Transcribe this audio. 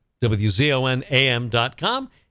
WZONAM.com